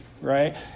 right